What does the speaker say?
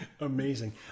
Amazing